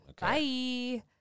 Bye